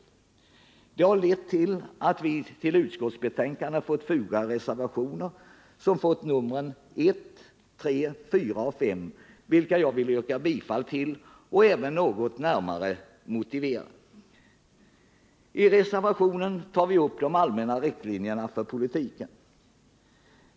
Detta har lett till att vi vid utskottsbetänkandet fått foga fyra reservationer, som erhållit numren 1,3, 4 och 5. Jag vill yrka bifall till och även något närmare motivera dessa reservationer. I reservationen 1 tar vi upp de allmänna riktlinjerna för politiken.